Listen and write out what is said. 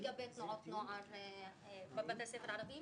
הנכון גם לגבי תנועות נוער בבתי הספר הערבים